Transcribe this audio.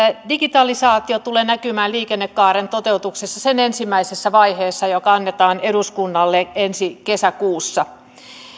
digitalisaatio tulee näkymään liikennekaaren toteutuksessa sen ensimmäisessä vaiheessa joka annetaan eduskunnalle ensi kesäkuussa